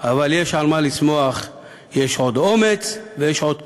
/ אבל יש על מה לשמוח / יש עוד אומץ, יש עוד כוח.